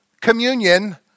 communion